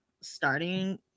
starting